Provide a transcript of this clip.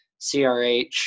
CRH